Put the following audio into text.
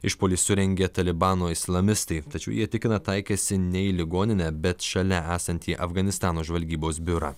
išpuolį surengė talibano islamistai tačiau jie tikina taikėsi ne į ligoninę bet šalia esantį afganistano žvalgybos biurą